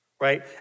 right